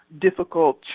difficult